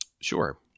Sure